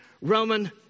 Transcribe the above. Roman